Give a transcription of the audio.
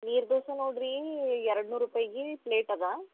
ನೀರು ದೋಸೆ ನೋಡ್ರೀ ಎರಡು ನೂರು ರೂಪಾಯಿಗೆ ಪ್ಲೇಟ್ ಅದ